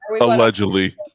Allegedly